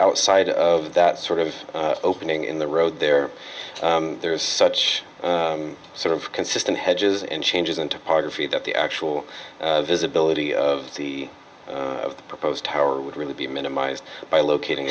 outside of that sort of opening in the road there there is such sort of consistent hedges and changes and topography that the actual visibility of the proposed tower would really be minimized by locating